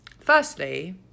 Firstly